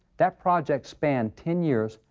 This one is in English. that project spanned ten years,